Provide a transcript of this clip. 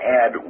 add